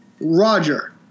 Roger